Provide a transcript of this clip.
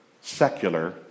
secular